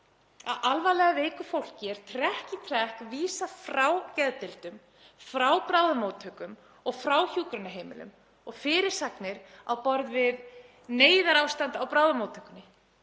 að alvarlega veiku fólki er trekk í trekk vísað frá geðdeildum, frá bráðamóttökum og frá hjúkrunarheimilum og fyrirsagnir á borð við: Neyðarástand á bráðamóttökunni,